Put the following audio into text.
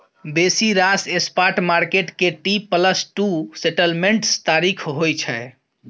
बेसी रास spot market के टी प्लस टू सेटलमेंट्स तारीख होइ छै